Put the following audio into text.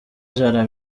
ijana